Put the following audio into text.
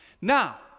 Now